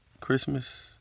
Christmas